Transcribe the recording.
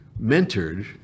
mentored